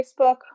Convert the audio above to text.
Facebook